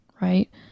right